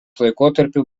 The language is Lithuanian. laikotarpiu